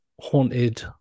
Haunted